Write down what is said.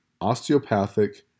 Osteopathic